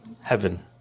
heaven